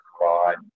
provide